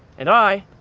and i,